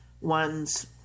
ones